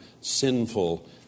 sinful